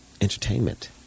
entertainment